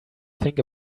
think